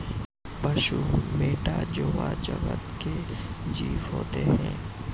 पशु मैटा जोवा जगत के जीव होते हैं